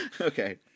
Okay